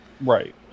Right